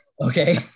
Okay